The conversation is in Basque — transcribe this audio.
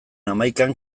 hamaikan